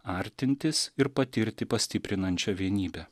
artintis ir patirti pastiprinančią vienybę